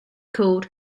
cooled